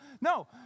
no